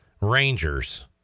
Rangers